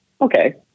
okay